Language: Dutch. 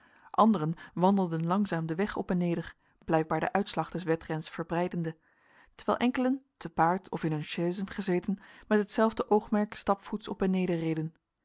anderen wandelden langzaam den weg op en neder blijkbaar den uitslag des wedrens verbeidende terwijl enkelen te paard of in hun chaisen gezeten met hetzelfde oogmerk stapvoets op en neder reden